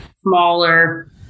smaller